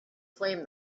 flame